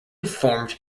formed